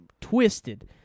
twisted